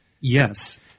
Yes